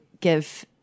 give